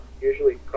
Usually